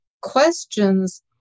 questions